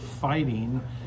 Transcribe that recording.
fighting